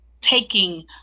taking